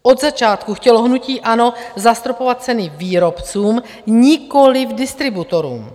Od začátku chtělo hnutí ANO zastropovat ceny výrobcům, nikoliv distributorům.